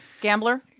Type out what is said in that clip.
Gambler